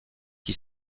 qui